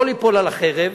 לא ליפול על החרב,